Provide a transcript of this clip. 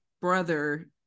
brother